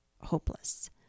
hopeless